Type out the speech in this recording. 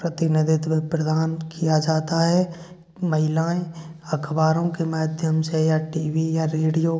प्रतिनिधित्व प्रदान किया जाता है महिलाएँ अखबारों के माध्यम से या टी वी या रेडियो